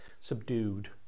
subdued